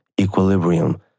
equilibrium